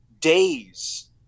days